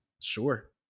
Sure